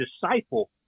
disciple